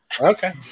Okay